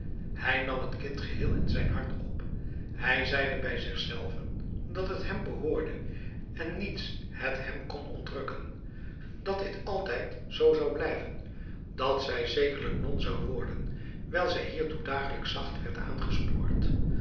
hij nam het kind geheel in zijn hart op hij zeide bij zich zelven dat het hem behoorde en niets het hem kon ontrukken dat dit altijd zoo zou blijven dat zij zekerlijk non zou worden wijl zij hiertoe dagelijks zacht werd aangespoord